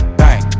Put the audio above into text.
bang